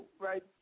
right